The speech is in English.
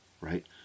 right